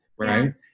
Right